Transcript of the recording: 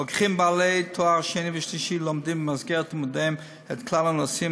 רוקחים בעלי תואר שני ושלישי לומדים במסגרת לימודיהם את כלל הנושאים